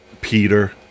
Peter